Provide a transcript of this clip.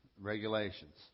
regulations